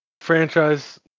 franchise